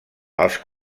els